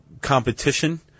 competition